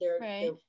right